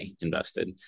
invested